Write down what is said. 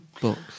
books